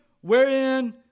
wherein